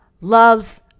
loves